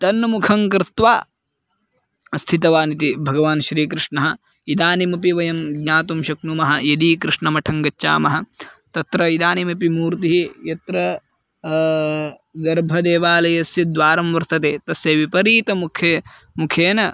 तन्मुखं कृत्वा स्थितवान् इति भगवान् श्रीकृष्णः इदानीमपि वयं ज्ञातुं शक्नुमः यदि कृष्णमठं गच्छामः तत्र इदानीमपि मूर्तिः यत्र गर्भदेवालयस्य द्वारं वर्तते तस्य विपरीतमुखे मुखेन